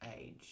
age